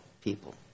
people